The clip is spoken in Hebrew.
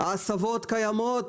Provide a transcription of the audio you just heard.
ההסבות קיימות,